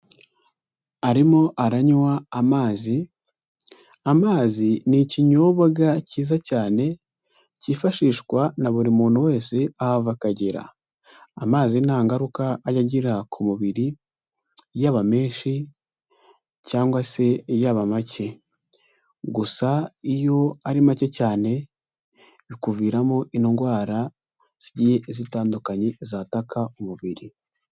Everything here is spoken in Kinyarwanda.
Arimo aranywa amazi, amazi ni ikinyobwabwa cyiza cyane, cyifashishwa na buri muntu wese ahava akagera, amazi nta ngaruka ajya agira ku mubiri, yaba menshi cyangwa se yaba make, gusa iyo ari make cyane, bikuviramo indwara, zitandukanye zataka umubiri.